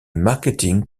marketing